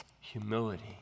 Humility